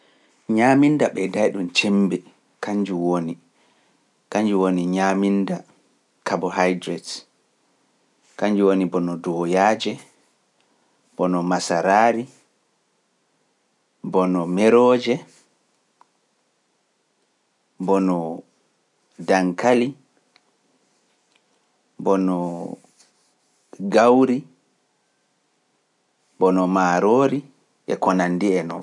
Ñaaminda ɓeyday ɗum cembe, kanjum woni ñaaminda, kabo hydrate, kanjum woni bono duwoyaaje, bono masaraari, bono meroje, bono dankali, bono gawri, bono maaroori e konandi e noo.